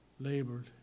labored